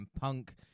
Punk